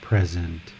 Present